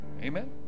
Amen